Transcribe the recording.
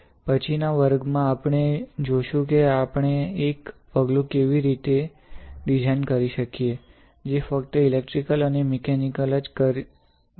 પછીના વર્ગમાં આપણે જોશું કે આપણે એક પગલું કેવી રીતે ડિઝાઇન કરી શકીએ જે ફક્ત ઇલેક્ટ્રિકલ અને મિકેનિકલ જ કરી શકતું નથી